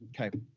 Okay